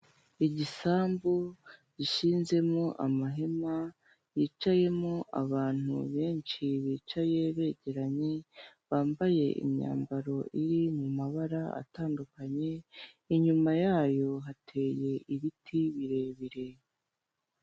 Igisambu gishinzemo amahema yicayemo abantu benshi bicaye begeranye, bambaye imyambaro iri mumabara atandukanye, inyuma yayo hateye ibiti birebire.